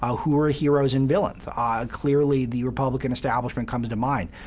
ah who are heroes and villains? ah clearly the republican establishment comes to mind.